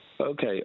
okay